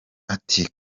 ati